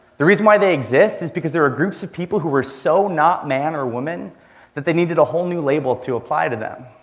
the reason why they exist is because there are groups of people who are so not man or woman that they needed a whole new label to apply to them.